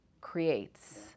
creates